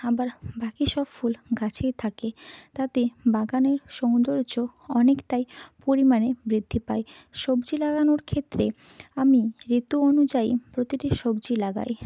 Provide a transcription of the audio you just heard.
আবার বাকি সব ফুল গাছেই থাকে তাতে বাগানের সৌন্দর্য অনেকটাই পরিমাণে বৃদ্ধি পায় সবজি লাগানোর ক্ষেত্রে আমি ঋতু অনুযায়ী প্রতিটি সবজি লাগাই